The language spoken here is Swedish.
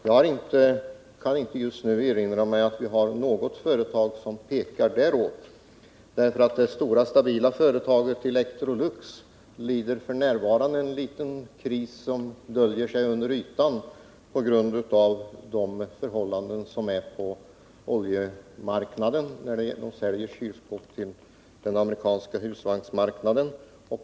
Jag kan just nu inte erinra mig att vi har något företag där utvecklingen pekar i den riktningen, därför att det stora stabila företaget Electrolux lider f.n. av en liten kris som döljer sig under ytan på grund av de förhållanden som råder på oljemarknaden. Electrolux säljer kylskåp till den amerikanska husvagnsmarknaden.